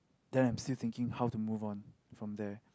than I'm still thinking how to move on from there